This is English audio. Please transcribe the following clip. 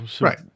Right